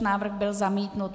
Návrh byl zamítnut.